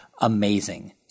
amazing